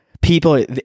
People